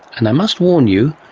and i must warn you,